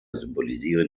symbolisieren